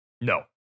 no